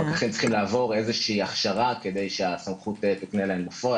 הפקחים צריכים לעבור איזושהי הכשרה כדי שהסמכות תפנה אליהם בפועל.